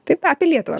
taip apie lietuvą